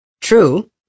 True